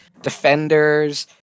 defenders